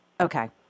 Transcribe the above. Okay